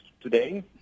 today